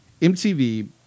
MTV